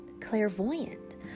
clairvoyant